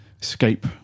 escape